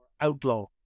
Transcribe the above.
Outlaw